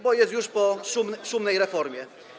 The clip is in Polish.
Bo jest już po szumnej reformie.